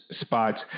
spots